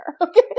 Okay